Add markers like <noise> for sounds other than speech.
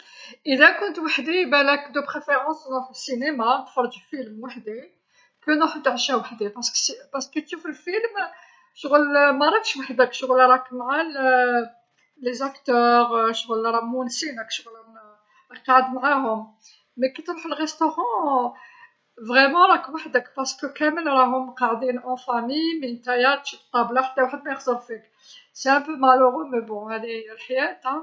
﻿إذا كنت وحدي بلاك دو بريفيرونس نروح السينيما نتفرج فيلم وحدي، كو نروح نتعشى وحدي. بارسكو سي بارسكو تشوف الفيلم <hesitation> شغل ماراكش وحدك، شغل راك مع <hesitation> لي واكتوغ، شغل راهم مونسينك، شغل راهم <hesitation> راك قاعد معاهم. مي كي تروح لغيسطورون <hesitation> فغيمون راك وحدك، بارسكو كامل راهم قاعدين اون فامي مي نتايا تشد طابلة حتى واحد مايخزر فيك، سي ان بو مالوغو مي بون هذه هي الحياة.